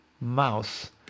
mouse